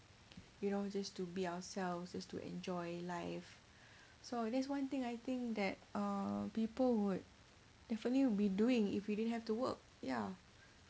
you know just to be ourselves just to enjoy life so that's one thing I think that uh people would definitely be doing if we didn't have to work ya